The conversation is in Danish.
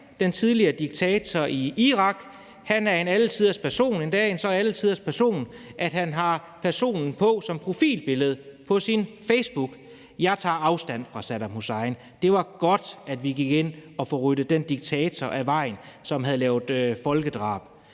den tidligere diktator i Irak, er en alle tiders person, endda en så alle tiders person, at han har ham på som profilbillede på sin facebookprofil. Jeg tager afstand fra Saddam Hussein. Det var godt, at vi gik ind og fik ryddet den diktator af vejen, som havde lavet folkedrab.